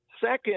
Second